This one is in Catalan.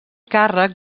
càrrec